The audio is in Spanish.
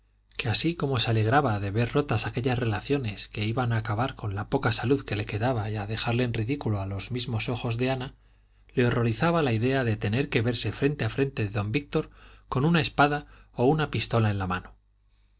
que así como se alegraba de ver rotas aquellas relaciones que iban a acabar con la poca salud que le quedaba y a dejarle en ridículo a los mismos ojos de ana le horrorizaba la idea de verse frente a frente de don víctor con una espada o una pistola en la mano